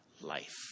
life